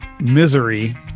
Misery